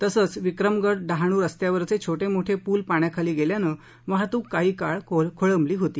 तसंच विक्रमगड डहाणु रस्त्यावरचे छोटे मोठे पुल पाण्याखाली गेल्यानं वाहतूक काही काळ खोळंबली होती